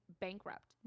bankrupt